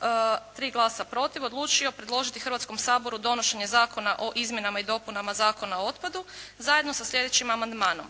3 glasa protiv, odlučio predložiti Hrvatskom saboru donošenje Zakona o izmjenama i dopunama Zakona o otpadu, zajedno sa sljedećim amandmanom.